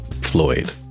Floyd